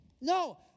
No